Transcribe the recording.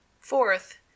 Fourth